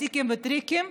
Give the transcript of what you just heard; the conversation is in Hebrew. הסטיקים והטריקים,